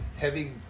heavy